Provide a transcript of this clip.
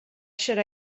should